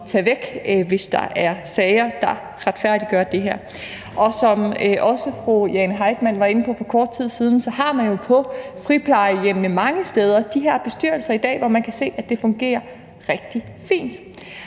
tage væk, hvis der er sager, der retfærdiggør det. Som også fru Jane Heitmann var inde på for kort tid siden, har man jo på friplejehjemmene i dag mange steder de her bestyrelser, og man kan se, at det fungerer rigtig fint.